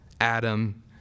Adam